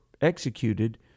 executed